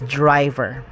driver